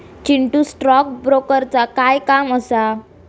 Chintu, stock ब्रोकरचा काय काम असा?